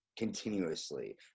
Continuously